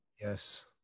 Yes